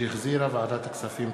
שהחזירה ועדת הכספים.